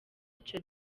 ico